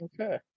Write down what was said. Okay